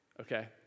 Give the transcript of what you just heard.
okay